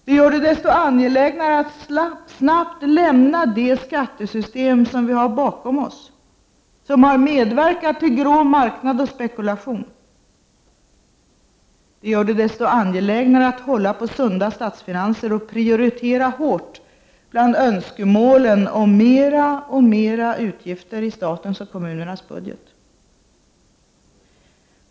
Det gör det desto angelägnare att snabbt lämna bakom oss dagens skattesystem, som har medverkat till grå marknad och spekulation. Det gör det desto angelägnare att hålla på sunda statsfinanser och prioritera hårt bland önskemålen om mera och mera utgifter i statens och kommunernas budget.